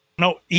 No